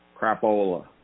crapola